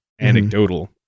anecdotal